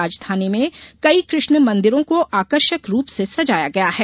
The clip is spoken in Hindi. राजधानी में कई कृष्ण मंदिरों को आकर्षक रूप से सजाया गया है